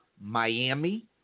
Miami